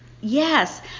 Yes